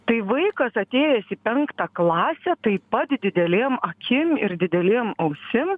tai vaikas atėjęs į penktą klasę taip pat didelėm akim ir didelėm ausim